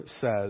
says